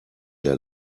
der